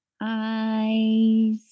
eyes